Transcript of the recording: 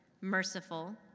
merciful